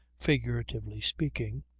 figuratively speaking,